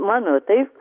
mano taip